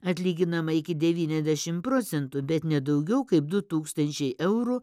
atlyginama iki devyniasdešimt procentų bet ne daugiau kaip du tūkstančiai eurų